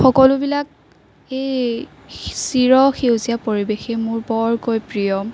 সকলোবিলাক এই চিৰসেউজীয়া পৰিৱেশেই মোৰ বৰকৈ প্ৰিয়